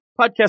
podcast